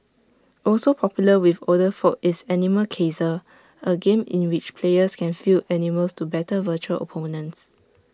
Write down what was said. also popular with older folk is animal Kaiser A game in which players can field animals to battle virtual opponents